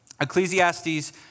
Ecclesiastes